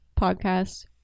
podcast